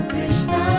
Krishna